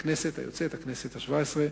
הכנסת היוצאת, הכנסת השבע-עשרה,